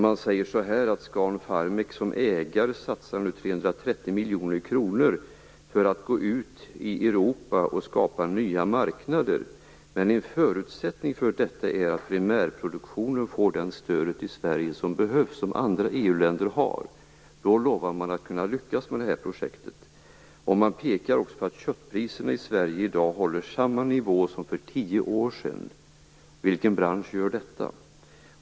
Man säger att Scan Farmek som ägare nu satsar 330 miljoner kronor för att gå ut i Europa och skapa nya marknader. Men en förutsättning för detta är att primärproduktionen får det stöd i Sverige som behövs och som man i andra länder har. Då lovar man att kunna lyckas med detta projekt. Man pekar också på att köttpriserna i Sverige i dag håller samma nivå som för tio år sedan. Vilken bransch gör detta?